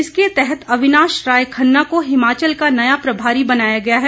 इसके तहत अविनाश राय खन्ना को हिमाचल का नया प्रभारी बनाया गया है